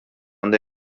nde